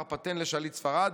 אמר פטן לשליט ספרד: